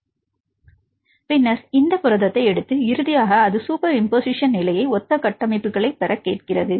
எனவே பின்னர் இந்த புரதத்தை எடுத்து இறுதியாக அது சூப்பர் இம்பொசிஷன் நிலையை ஒத்த கட்டமைப்புகளைப் பெற கேட்கிறது